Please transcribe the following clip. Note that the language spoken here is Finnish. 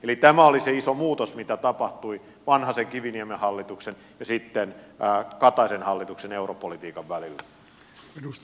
eli tämä oli se iso muutos mikä tapahtui vanhasenkiviniemen hallituksen ja kataisen hallituksen europolitiikan välillä